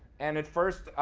and at first,